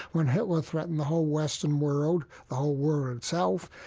when hitler threatened the whole western world, the whole world itself,